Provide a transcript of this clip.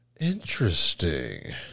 Interesting